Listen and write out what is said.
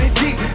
deep